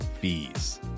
fees